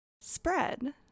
spread